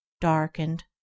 darkened